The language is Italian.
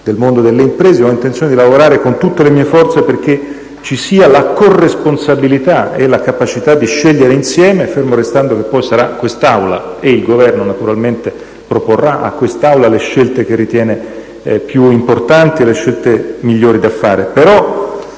del mondo delle imprese. Ho intenzione di lavorare con tutte le mie forze perché ci sia la corresponsabilità e la capacità di scegliere insieme, fermo restando che poi sarà quest'Aula, a cui il Governo proporrà le scelte che ritiene più importanti e migliori da fare,